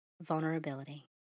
vulnerability